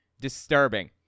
Disturbing